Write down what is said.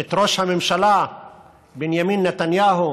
את ראש הממשלה בנימין נתניהו